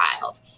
child